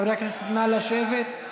נא לשבת.